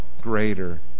greater